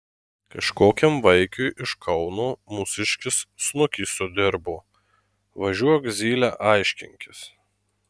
kažkokiam vaikiui iš kauno mūsiškis snukį sudirbo važiuok zyle aiškinkis